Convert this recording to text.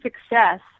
success